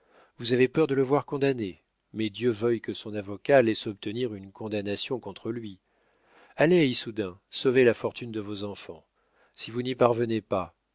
vous avez peur de le voir condamné mais dieu veuille que son avocat laisse obtenir une condamnation contre lui allez à issoudun sauvez la fortune de vos enfants si vous n'y parvenez pas